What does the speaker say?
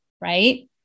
Right